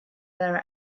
their